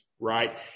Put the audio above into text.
right